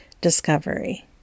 discovery